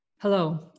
Hello